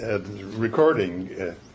recording